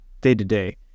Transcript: day-to-day